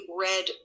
red